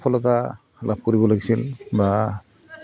সফলতা লাভ কৰিব লাগিছিল বা